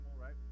right